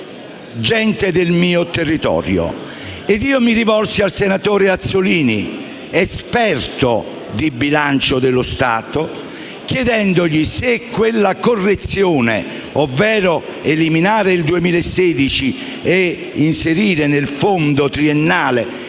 gente del mio territorio, e mi rivolsi al senatore Azzollini, esperto di bilancio dello Stato, chiedendogli se quella correzione, ovvero eliminare il 2016 ed inserire nel fondo triennale